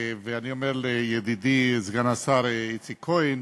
ואני אומר לידידי סגן השר איציק כהן,